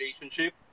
relationship